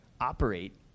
operate